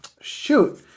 Shoot